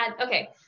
Okay